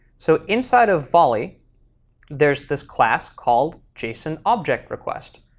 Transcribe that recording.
so inside of volley there's this class called json object request,